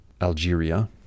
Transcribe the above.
Algeria